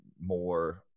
more